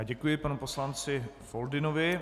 Děkuji panu poslanci Foldynovi.